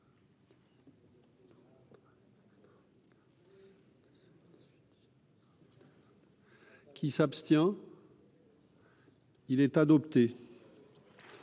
Qui s'abstient. Il est adopté